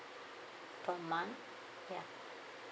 per month ya